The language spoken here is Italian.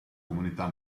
comunità